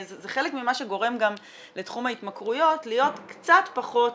זה חלק ממה שגורם גם לתחום ההתמכרויות להיות קצת פחות